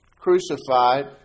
crucified